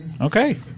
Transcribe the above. Okay